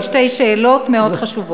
יש לי עוד שתי שאלות מאוד חשובות.